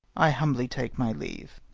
i humbly take my leave.